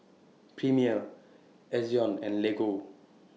Premier Ezion and Lego